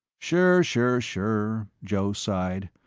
sure, sure, sure, joe sighed.